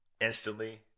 instantly